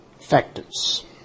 factors